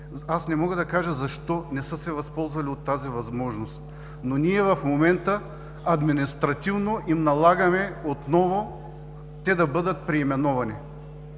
Аз не мога да кажа защо не са се възползвали от тази възможност, но ние в момента административно им налагаме отново те да бъдат преименувани.